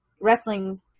wrestling